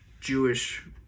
Jewish